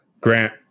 Grant